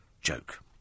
joke